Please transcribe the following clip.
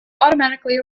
automatically